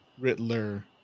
Riddler